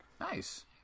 Nice